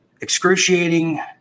excruciating